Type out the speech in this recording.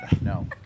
No